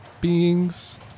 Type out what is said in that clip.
beings